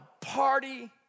party